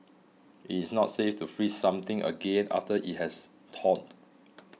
it is not safe to freeze something again after it has thawed